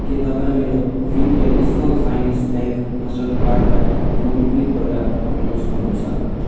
के तपाईँ मेरो फिनकेयर स्मल फाइनेन्स ब्याङ्क मास्टरकार्डलाई मोबिक्विकबाट हटाउनु सक्नुहुन्छ